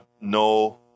no